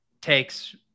takes